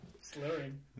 Slurring